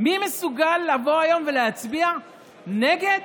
מי מסוגל להצביע היום נגד